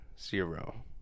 Zero